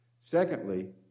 Secondly